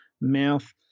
mouth